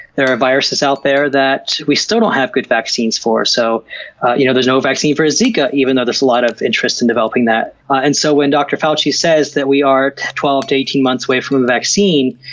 there are viruses out there that we still don't have good vaccines for. so you know there's no vaccine for zika even though there's a lot of interest in developing that. and so when dr. fauchi says that we are twelve eighteen months away from a vaccine,